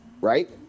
Right